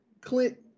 clint